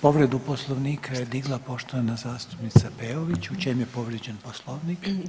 Povredu Poslovnika je digla poštovani zastupnica Peović, u čemu je povrijeđen Poslovnik?